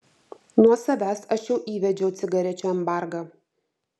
nuo savęs aš jau įvedžiau cigarečių embargą